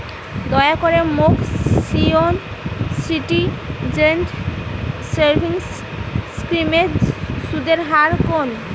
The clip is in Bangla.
দয়া করে মোক সিনিয়র সিটিজেন সেভিংস স্কিমের সুদের হার কন